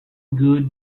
good